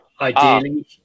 ideally